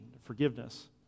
forgiveness